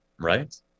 right